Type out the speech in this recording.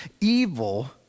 evil